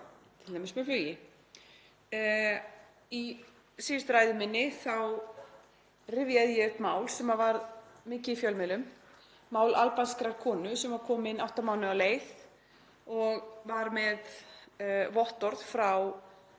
t.d. með flugi. Í síðustu ræðu minni rifjaði ég upp mál sem var mikið í fjölmiðlum, mál albanskrar konu sem var komin átta mánuði á leið og var með vottorð frá